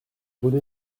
rené